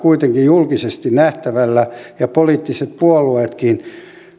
kuitenkin julkisesti nähtävillä ja poliittiset puolueetkin